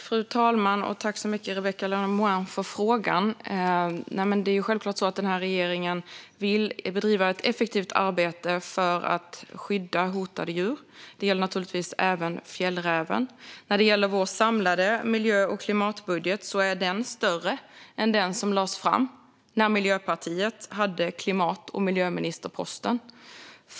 Fru talman! Tack för frågan, Rebecka Le Moine! Regeringen vill självklart bedriva ett effektivt arbete för att skydda hotade djur. Det gäller även fjällräven. Vår samlade miljö och klimatbudget är större än den som lades fram när Miljöpartiet hade klimat och miljöministerposten.